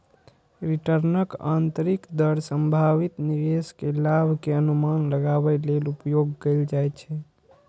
रिटर्नक आंतरिक दर संभावित निवेश के लाभ के अनुमान लगाबै लेल उपयोग कैल जाइ छै